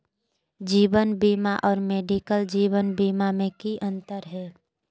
जीवन बीमा और मेडिकल जीवन बीमा में की अंतर है?